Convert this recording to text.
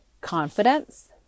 confidence